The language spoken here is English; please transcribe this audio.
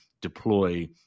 deploy